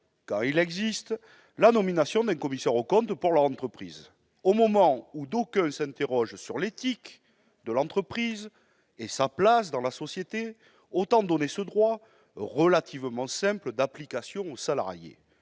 quand il existe -la nomination d'un commissaire aux comptes pour leur entreprise. Au moment où d'aucuns s'interrogent sur l'éthique de l'entreprise et sa place dans la société, autant donner ce droit, relativement simple d'application, aux salariés